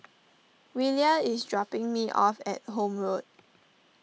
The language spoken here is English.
Willa is dropping me off at Horne Road